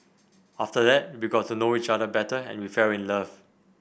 after that we got to know each other better and we fell in love